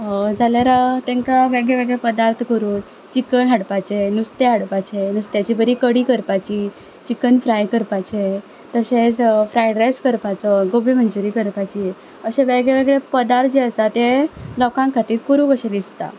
जाल्यार तेंकां वेगळे वेगळे पदार्थ करून चिकन हाडपाचें नुस्तें हाडपाचें नुसत्याची बरी कडी करपाची चिकन फ्राय करपाचें तशेंच फ्रायड रायस करपाचो गोबी मंचुरी करपाची अशे वेगळे वेगळे पदार्थ जे आसा ते लोकां खातीर करूं कशें दिसतात